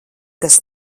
kas